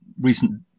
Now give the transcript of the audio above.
recent